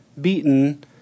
beaten